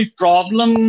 problem